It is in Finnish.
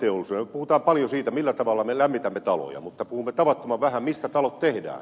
puhutaan paljon siitä millä tavalla me lämmitämme taloja mutta puhumme tavattoman vähän mistä talot tehdään